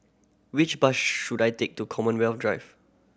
which bus should I take to Commonwealth Drive